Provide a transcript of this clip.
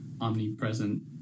omnipresent